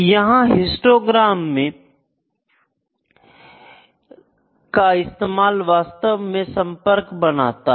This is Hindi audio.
यहां हिस्टोग्राम का इस्तेमाल वास्तव में संपर्क बनाता है